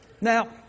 Now